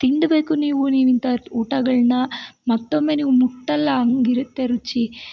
ತಿಂದ್ಬೇಕು ನೀವು ನೀವು ಇಂಥ ಊಟಗಳನ್ನು ಮತ್ತೊಮ್ಮೆ ನೀವು ಮುಟ್ಟಲ್ಲ ಹಾಗಿರುತ್ತೆ ರುಚಿ